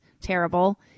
terrible